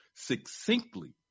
Succinctly